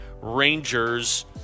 Rangers